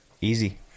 Easy